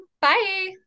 Bye